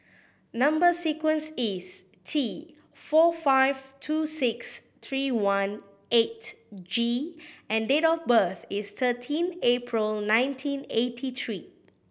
number sequence is T four five two six three one eight G and date of birth is thirteen April nineteen eighty three